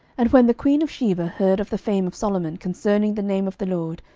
and when the queen of sheba heard of the fame of solomon concerning the name of the lord,